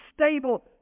stable